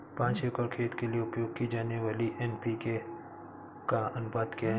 पाँच एकड़ खेत के लिए उपयोग की जाने वाली एन.पी.के का अनुपात क्या है?